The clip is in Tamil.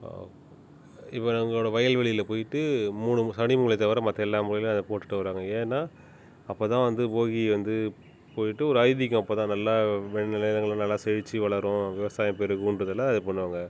இப்போ எங்களோட வயல்வெளியில போய்ட்டு மூணு சனி மூலைத்தவிர மற்ற எல்லா மூலையிலியும் அதைப் போட்டுட்டு வராங்கள் ஏன்னா அப்போ தான் வந்து போகி வந்து போய்ட்டு ஒரு ஐதீகம் அப்போ தான் நல்லா வின்நிலையங்கள் நல்லா செழிச்சு வளரும் விவசாயம் பெருகுன்றதில் அதைப் பண்ணுவாங்கள்